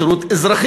תגידו שירות אזרחי,